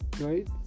right